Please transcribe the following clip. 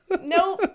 No